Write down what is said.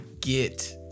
get